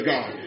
God